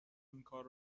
اینکار